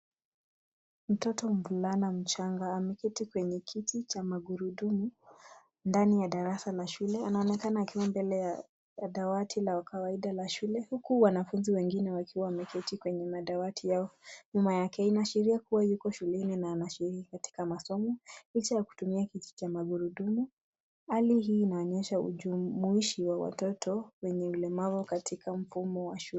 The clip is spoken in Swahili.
Mtoto mvulana mchanga ameketi kwenye kiti cha magurudumu ndani ya darasa la shule. Anaonekana akiwa mbele ya dawati la kawaida la shule huku wanafunzi wengine wakiwa wameketi kwenye madawati yao nyuma yake. Inaashiria kuwa yuko shuleni na anashiriki katika masomo licha ya kutumia kiti cha magurudumu. Hali hii inaonyesha ujumuishi wa watoto wenye ulemavu katika mfumo wa shule.